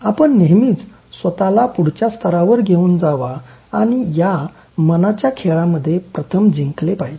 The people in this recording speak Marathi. आपण नेहमीच स्वतला पुढच्या स्तरावर घेवून जावा आणि या मनाच्या खेळामध्ये प्रथम जिंकले पाहिजे